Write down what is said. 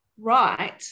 right